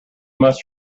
must